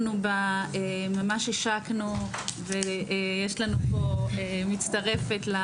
אנחנו ממש השקנו ויש לנו פה מצטרפת,